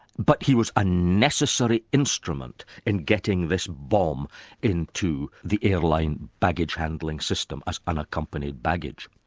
but he was a necessary instrument in getting this bomb into the airline baggage handling system as unaccompanied baggage.